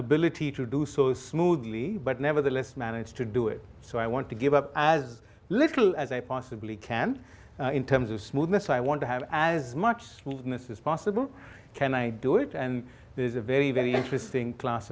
ability to do so smoothly but nevertheless manage to do it so i want to give up as little as i possibly can in terms of smoothness i want to have as much smoothness as possible can i do it and there's a very very interesting